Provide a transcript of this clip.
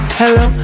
hello